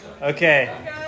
Okay